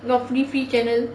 a lot of free free channel